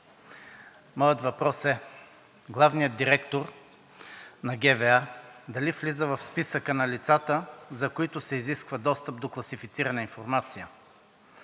моят въпрос е: главният директор на ГВА влиза ли в списъка на лицата, за които се изисква достъп до класифицирана информация?